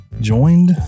joined